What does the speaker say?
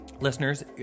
Listeners